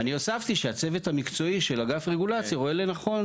אני הוספתי שהצוות המקצועי של אגף רגולציה רואה לנכון,